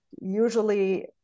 usually